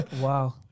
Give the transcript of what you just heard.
Wow